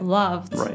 loved